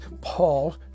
Paul